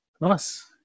Nice